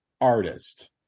artist